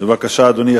בבקשה, אדוני.